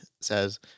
says